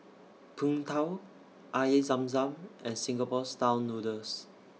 Png Tao Air Zam Zam and Singapore Style Noodles